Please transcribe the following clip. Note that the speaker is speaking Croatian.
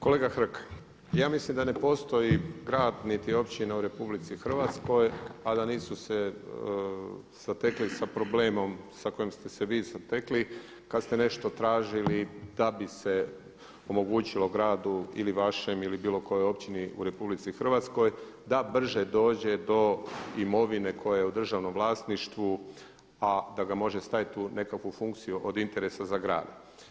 Kolega Hrg, ja mislim da ne postoji grad niti općina u RH a da nisu se zatekli sa problemom sa kojim ste se vi zatekli kada ste nešto tražili da bi se omogućilo gradu ili vašem ili bilo kojoj općini u RH da brže dođe do imovine koja je u državnom vlasništvu a da ga može staviti u nekakvu funkciju od interesa za grad.